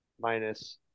minus